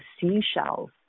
seashells